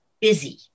busy